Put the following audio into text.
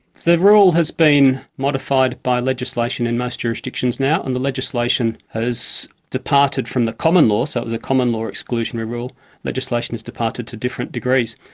the rule has been modified by legislation in most jurisdictions now and the legislation has departed from the common law so it was a common law exclusionary rule legislation has departed to different degrees.